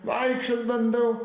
vaikščiot bandau